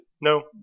No